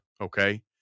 okay